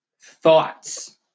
thoughts